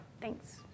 Thanks